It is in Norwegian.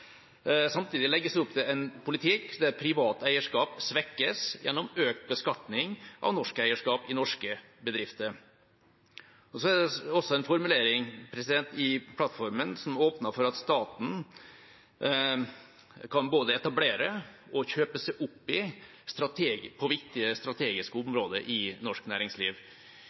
Samtidig legges det opp til en politikk der privat eierskap svekkes gjennom økt beskatning av norsk eierskap i norske bedrifter. Så er det også en formulering i plattformen som åpner for at staten både kan etablere og kjøpe seg opp i strategisk viktige deler av norsk næringsliv.